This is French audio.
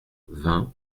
vingt